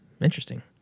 interesting